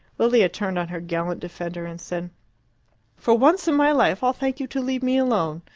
lilia turned on her gallant defender and said for once in my life i'll thank you to leave me alone.